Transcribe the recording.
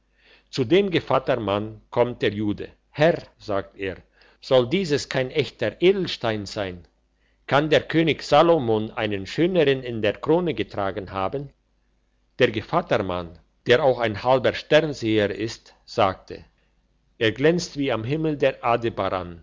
zu dem gevattermann kommt der jude herr sagte er soll dieses kein echter edelstein sein kann der könig salomon einen schönern in der krone getragen haben der gevattermann der auch ein halber sternseher ist sagte er glänzt wie am himmel der